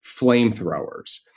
flamethrowers